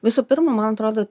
visų pirma man atrodo